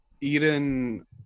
Eden